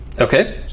okay